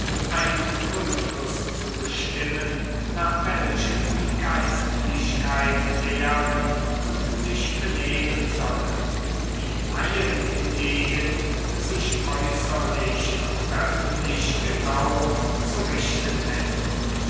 einen kultus zu bestimmen nach welchem die geistlichkeit lehren und sich benehmen solle die laien hingegen sich äußerlich und öffentlich genau zu richten hätten